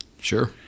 Sure